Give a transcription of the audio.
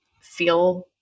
feel